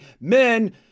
men